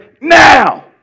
now